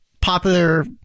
popular